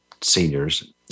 seniors